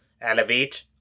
Elevate